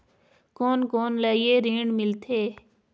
कोन कोन ला ये ऋण मिलथे?